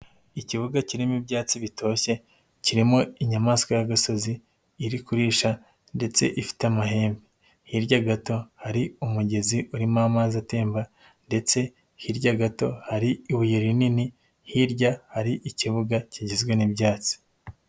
Ikibuga kirimo ibyatsi bitoshye, kirimo inyamaswa y'agasozi iri kurisha ndetse ifite amahembe, hirya gato hari umugezi urimo amazi atemba ndetse hirya gato hari ibuye rinini, hirya hari ikibuga kigizwe n'ibyatsi.